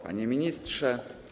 Panie Ministrze!